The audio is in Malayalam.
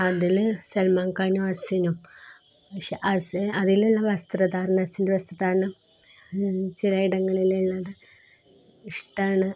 അതില് സൽമാന് ഖാനും അസിനും പക്ഷെ അതിലുള്ള വസ്ത്രധാരണം അസിൻ്റെ വസ്ത്രധാരണം ചിലയിടങ്ങളിലുള്ളത് ഇഷ്ടമാണ്